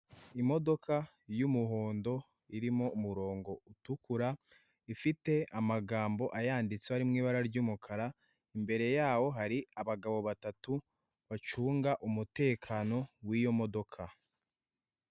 Imodoka y'umuhondo, irimo umurongo utukura, ifite amagambo ayanditseho, ari mu ibara ry'umukara, imbere yawo hari abagabo batatu bacunga umutekano w'iyo modoka.